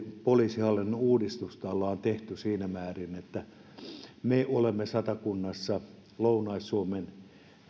poliisihallinnon uudistusta ollaan tehty siinä määrin että me olemme satakunnassa lounais suomen